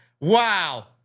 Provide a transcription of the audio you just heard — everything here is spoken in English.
Wow